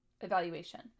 evaluation